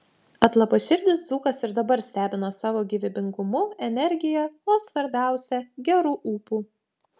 atlapaširdis dzūkas ir dabar stebina savo gyvybingumu energija o svarbiausia geru ūpu